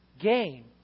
gain